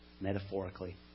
metaphorically